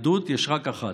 יהדות יש רק אחת.